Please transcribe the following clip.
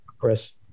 press